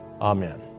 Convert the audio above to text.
amen